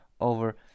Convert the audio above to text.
over